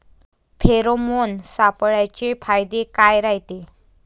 Pheromone सापळ्याचे फायदे काय रायते?